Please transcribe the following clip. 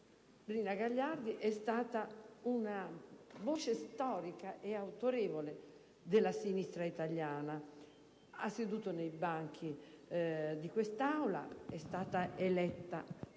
Rina Gagliardi è stata una voce storica ed autorevole della sinistra italiana. Ha seduto nei banchi di quest'Aula, è stata eletta senatrice